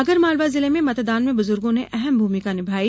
आगर मालवा जिले में मतदान में बुजुर्गो ने अहम् भूमिका निभाई